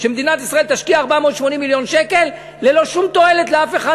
שמדינת ישראל תשקיע 480 מיליון שקל ללא שום תועלת לאף אחד,